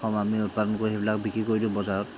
সমানে উৎপাদন কৰি সেইবিলাক বিক্ৰী কৰি দিওঁ বজাৰত